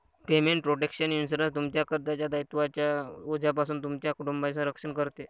payment protection insurance, तुमच्या कर्जाच्या दायित्वांच्या ओझ्यापासून तुमच्या कुटुंबाचे रक्षण करते